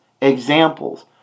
examples